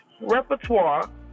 repertoire